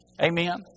Amen